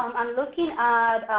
um i'm looking